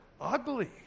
ugly